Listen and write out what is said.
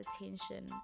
attention